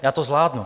Já to zvládnu.